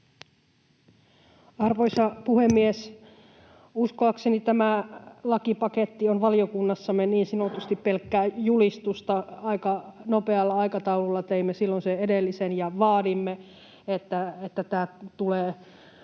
Arvoisa puhemies! Uskoakseni tämä lakipaketti on valiokunnassamme niin sanotusti pelkkää julistusta. Aika nopealla aikataululla teimme silloin sen edellisen ja vaadimme, että tämä tulee valmistella